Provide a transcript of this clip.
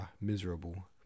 miserable